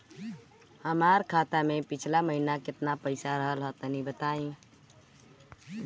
हमार खाता मे पिछला महीना केतना पईसा रहल ह तनि बताईं?